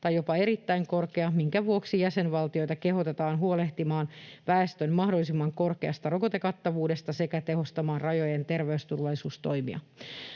tai jopa erittäin korkea, minkä vuoksi jäsenvaltioita kehotetaan huolehtimaan väestön mahdollisimman korkeasta rokotekattavuudesta sekä tehostamaan rajojen terveysturvallisuustoimia.